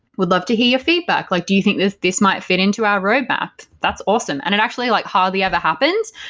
we'd love to hear your feedback. like do you think this this might fit into our roadmap? that's awesome. and it actually like hardly ever happens.